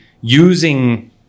using